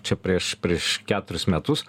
čia prieš prieš keturis metus